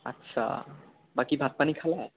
আচ্ছা বাকী ভাত পানী খালা